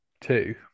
two